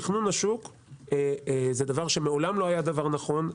תכנון השוק זה דבר שמעולם לא היה נכון,